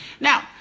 now